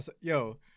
yo